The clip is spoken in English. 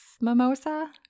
mimosa